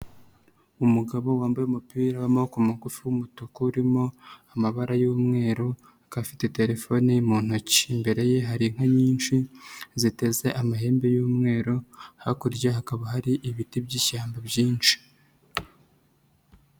Umugabo wambaye umupira w'amaboko magufi w'umutuku urimo amabara y'umweru, akaba afite telefone mu ntoki. Imbere ye hari inka nyinshi ziteze amahembe y'umweru, hakurya hakaba hari ibiti by'ishyamba byinshi.